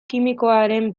kimikoaren